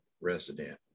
resident